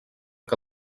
que